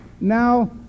now